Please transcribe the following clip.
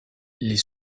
les